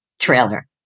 trailer